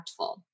impactful